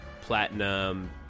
platinum